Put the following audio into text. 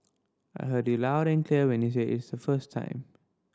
I heard you loud and clear when you said it's the first time